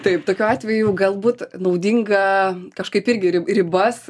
taip tokiu atveju galbūt naudinga kažkaip irgi ribas